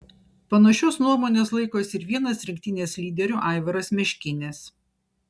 panašios nuomonės laikosi ir vienas rinktinės lyderių aivaras meškinis